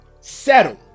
settle